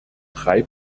drei